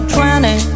Twenty